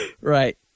Right